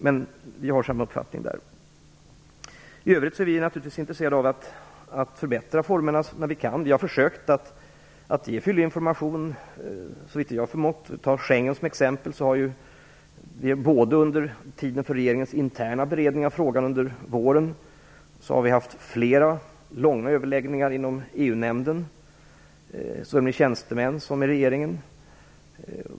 Men vi har samma uppfattning där. I övrigt är vi naturligtvis intresserade av att förbättra formerna när vi kan. Vi har försökt att ge fyllig information så långt vi har förmått. Ta Schengen som exempel! Under tiden för regeringens interna beredning av frågan under våren har vi haft flera långa överläggningar inom EU-nämnden, såväl med tjänstemän som med regeringen.